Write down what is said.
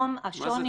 מה זה תמונה מלאה?